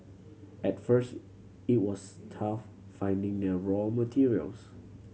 at first it was tough finding the raw materials